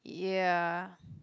ya